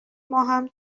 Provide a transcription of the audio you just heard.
ماهم